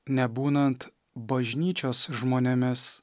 nebūnant bažnyčios žmonėmis